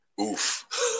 Oof